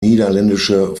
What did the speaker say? niederländische